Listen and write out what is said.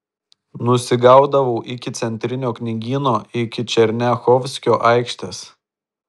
nusigaudavau iki centrinio knygyno iki černiachovskio aikštės